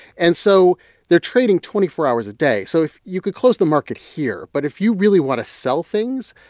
and so they're trading twenty four hours a day. so if you could close the market here but if you really want to sell things,